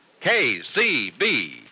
KCB